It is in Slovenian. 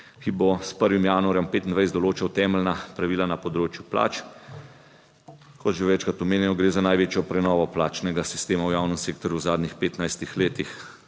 ki bo s 1. januarjem 2025 določal temeljna pravila na področju plač. Kot že večkrat omenjeno, gre za največjo prenovo plačnega sistema v javnem sektorju v zadnjih 15 letih.